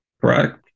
correct